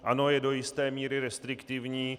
Ano, je do jisté míry restriktivní.